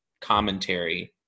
commentary